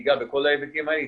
שתיגע בכל ההיבטים האלה,